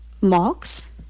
marks